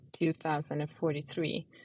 2043